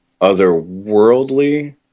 otherworldly